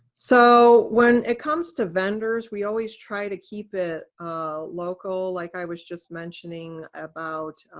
so when it comes to vendors, we always try to keep it local. like i was just mentioning about